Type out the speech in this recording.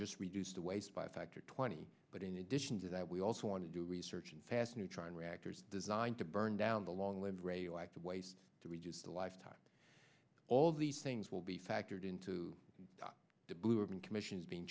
just reduced the waste by a factor twenty but in addition to that we also want to do research in fast neutron reactors designed to burn down the long lived radioactive waste to reduce the lifetime all these things will be factored into to blue ribbon commissions being